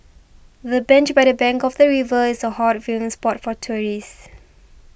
the bench by the bank of the river is a hot viewing spot for tourists